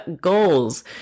goals